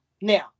Now